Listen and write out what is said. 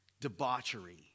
debauchery